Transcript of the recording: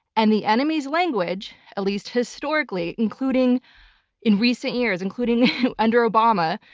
and the enemy's language, at least historically, including in recent years, including under obama,